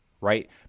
right